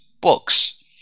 books